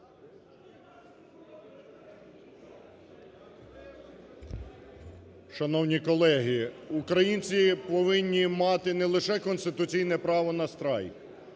Шановні колеги! Українці повинні мати не лише конституційне право на страйк.